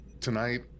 tonight